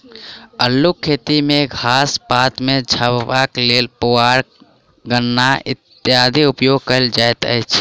अल्लूक खेती मे घास पात सॅ झपबाक लेल पुआर, कन्ना इत्यादिक उपयोग कयल जाइत अछि